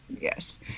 yes